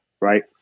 right